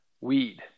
weed